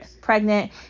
pregnant